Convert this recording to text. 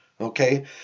Okay